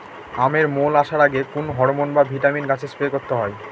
আমের মোল আসার আগে কোন হরমন বা ভিটামিন গাছে স্প্রে করতে হয়?